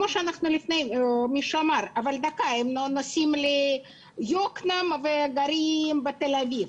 כמו שאמרו לפני - הם נוסעים ליקנעם וגרים בתל אביב.